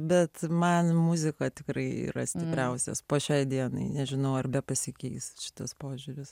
bet man muzika tikrai yra stipriausias po šiai dienai nežinau arba pasikeis šitas požiūris